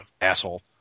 Asshole